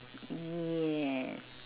yes